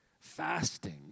fasting